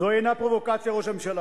זו אינה פרובוקציה, ראש הממשלה.